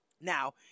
Now